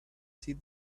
see